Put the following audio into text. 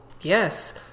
yes